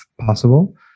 possible